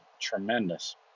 tremendous